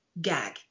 Gag